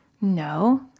No